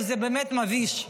זה באמת מביש.